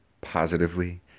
positively